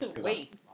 Wait